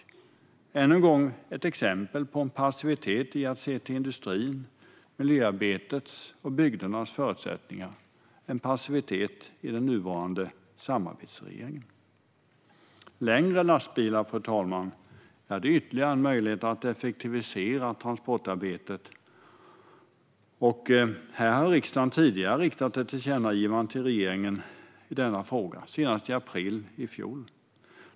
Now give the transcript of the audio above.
Det är ännu en gång ett exempel på en passivitet i fråga om att se till industrins, miljöarbetets och bygdernas förutsättningar. Det råder passivitet i den nuvarande samarbetsregeringen. Längre lastbilar, fru talman, är ytterligare en möjlighet att effektivisera transportarbetet. Här har riksdagen tidigare riktat ett tillkännagivande till regeringen i denna fråga, senast i april i fjol.